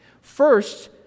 First